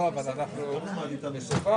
אנחנו נמנעים.